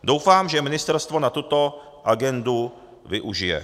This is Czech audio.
Doufám, že je ministerstvo na tuto agendu využije.